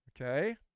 Okay